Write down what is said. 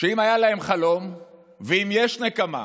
שאם היה להם חלום ואם יש נקמה,